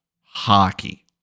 hockey